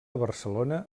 barcelona